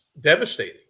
devastating